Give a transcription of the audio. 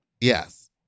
Yes